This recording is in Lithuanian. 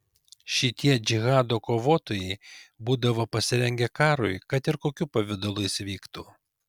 šitie džihado kovotojai būdavo pasirengę karui kad ir kokiu pavidalu jis vyktų